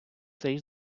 цей